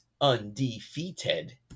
undefeated